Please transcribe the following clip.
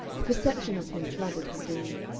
the perception of him flooded her being.